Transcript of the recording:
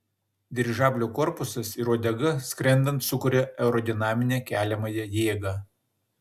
dirižablio korpusas ir uodega skrendant sukuria aerodinaminę keliamąją jėgą